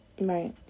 Right